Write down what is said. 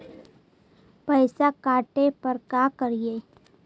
पैसा काटे पर का करि?